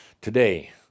Today